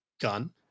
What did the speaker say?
gun